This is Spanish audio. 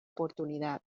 oportunidad